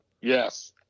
Yes